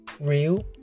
real